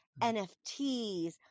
nfts